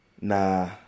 Nah